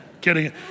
kidding